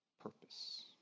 purpose